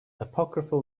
apocryphal